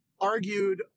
argued